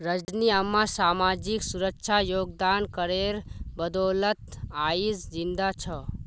रजनी अम्मा सामाजिक सुरक्षा योगदान करेर बदौलत आइज जिंदा छ